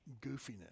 goofiness